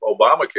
Obamacare